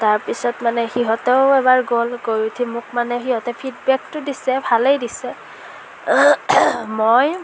তাৰপিছত মানে সিহঁতেও এবাৰ গ'ল গৈ উঠি মানে মোক ফিডবেকতো দিছে ভালেই দিছে মই